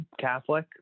Catholic